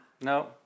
no